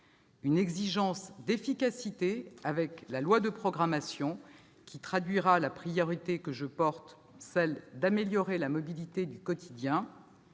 une exigence d'efficacité, avec la loi de programmation qui traduira la priorité qui m'anime, celle d'améliorer la mobilité du quotidien